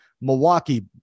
Milwaukee